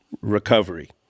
Recovery